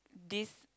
this